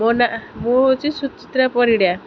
ମୋ ନା ମୁଁ ହେଉଛି ସୁଚିତ୍ରା ପରିଡ଼ା